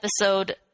episode